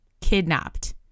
kidnapped